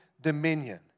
dominion